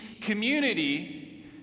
community